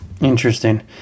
interesting